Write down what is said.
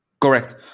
Correct